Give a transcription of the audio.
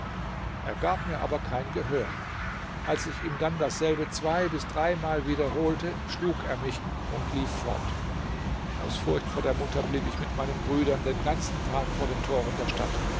er gab mir aber kein gehör als ich ihm dann dasselbe zwei bis dreimal wiederholte schlug er mich und lief fort aus furcht vor der mutter blieb ich mit meinen brüdern den ganzen tag vor den toren der stadt